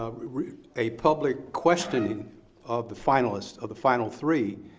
ah a public questioning of the finalists. of the final three,